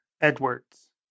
Edwards